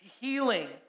healing